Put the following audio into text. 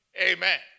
Amen